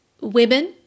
women